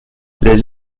les